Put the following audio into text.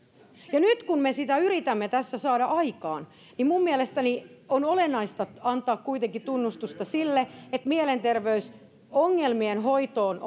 nyt kun me sitä yritämme tässä saada aikaan niin minun mielestäni on olennaista antaa kuitenkin tunnustusta sille että mielenterveysongelmien hoitoon